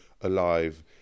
alive